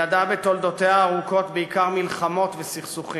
ידעה בתולדותיה הארוכות בעיקר מלחמות וסכסוכים.